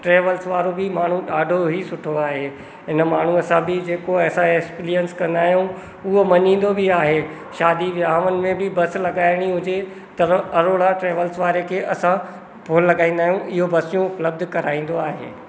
travels वारो बि माण्हू ॾाढो ई सुठो आहे इन माण्हूअ सां बि जेको असां एक्सपीरियंस कंदा आहियूं उहो मञिदो बि आहे शादी विवांहनि में बि बस लॻाइणी हुजे त अरोड़ा ट्रैव्ल्स वारे खे असां फ़ोन लॻाईंदा आहियूं इहो बसियूं उपलब्धु कराईंदो आहे